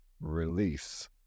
release